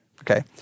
Okay